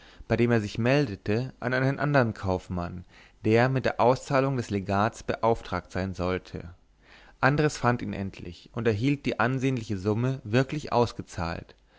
bei dem er sich meldete an einen andern kaufmann der mit der auszahlung des legats beauftragt sein sollte andres fand ihn endlich und erhielt die ansehnliche summe wirklich ausgezahlt